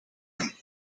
him